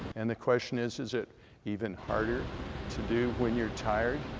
and the question is is it even harder to do when you're tired,